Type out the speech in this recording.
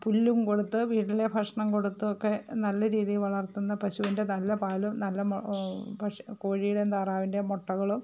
പുല്ലുംകൊടുത്തു വീട്ടിലെ ഭക്ഷണം കൊടുത്തൊക്കെ നല്ലരീതിയില് വളർത്തുന്ന പശുവിൻ്റെ നല്ല പാലും നല്ല മൊ കോഴിയുടെയും താറാവിൻ്റെ മുട്ടകള്